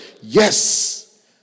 Yes